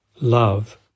Love